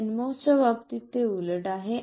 nMOS च्या बाबतीत ते उलट आहे